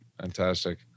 Fantastic